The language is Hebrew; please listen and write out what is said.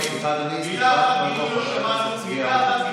סליחה, אדוני, סליחה.